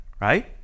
right